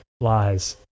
lies